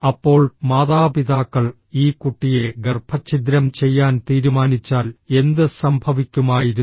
അപ്പോൾ മാതാപിതാക്കൾ ഈ കുട്ടിയെ ഗർഭച്ഛിദ്രം ചെയ്യാൻ തീരുമാനിച്ചാൽ എന്ത് സംഭവിക്കുമായിരുന്നു